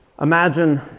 Imagine